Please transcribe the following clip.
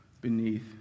beneath